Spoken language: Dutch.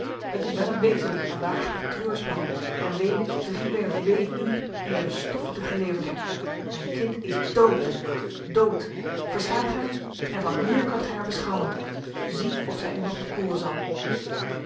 het is wel een wezenlijk en waarachtig treurspel en wee driewerf wee u die er de stoffe toe geleverd hebt mijn kind is dood dood verstaat gij en van hier kunt gij haar beschouwen zie of zij u nog bekoren zal